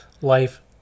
life